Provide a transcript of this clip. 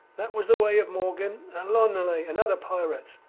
that was the way of morgan and l'ollonais and other pirates.